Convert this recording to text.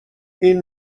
این